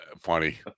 Funny